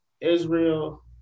Israel